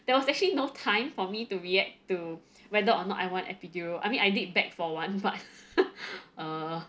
there was actually no time for me to react to whether or not I want epidural I mean I did beg for one but uh